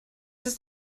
ist